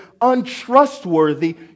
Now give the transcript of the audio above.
untrustworthy